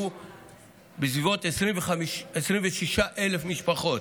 שהוא בסביבות 26,000 משפחות,